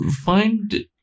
find